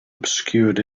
obscured